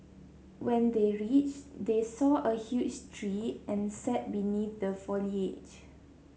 when they reached they saw a huge tree and sat beneath the foliage